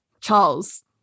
Charles